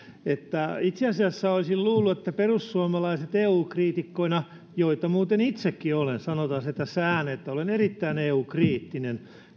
itse asiassa olisin luullut että perussuomalaiset eu kriitikkoina joita muuten itsekin olen sanotaan se tässä ääneen että olen erittäin eu kriittinen